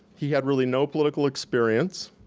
he had really no political experience.